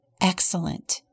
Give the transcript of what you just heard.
Excellent